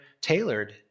tailored